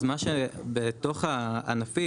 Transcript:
אז מה שבתוך הענפים,